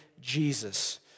Jesus